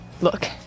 look